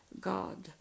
God